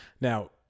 Now